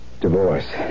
Divorce